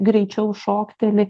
greičiau šokteli